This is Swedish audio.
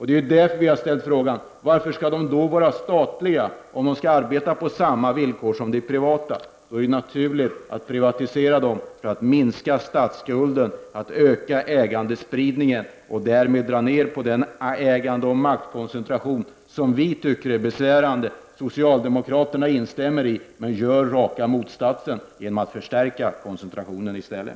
Det är därför som vi har ställt frågan varför företagen skall vara statliga när de skall arbeta på samma villkor som de privata. Då är det naturligt att privatisera företagen för att minska statsskulden, öka ägandespridningen och därmed dra ned på den ägandeoch maktkoncentration som vi tycker är besvärande. Socialdemokraterna instämmer i detta men gör raka motsatsen genom att förstärka koncentrationen i stället.